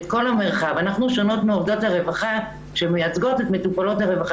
את כל המרחב אנחנו שונות מעובדות הרווחה שמייצגות את מטופלות הרווחה.